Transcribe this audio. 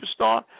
superstar